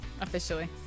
officially